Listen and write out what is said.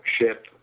ship